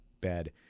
bad